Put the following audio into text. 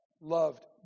Loved